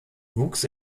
wuchs